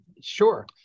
Sure